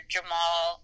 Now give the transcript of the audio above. Jamal